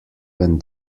when